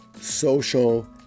social